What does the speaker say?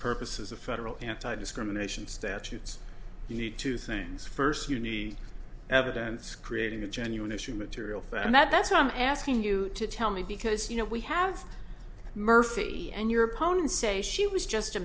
purposes of federal anti discrimination statutes you need two things first you need evidence creating a genuine issue material for and that's why i'm asking you to tell me because you know we have murphy and your opponent say she was just a